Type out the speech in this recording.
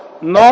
Но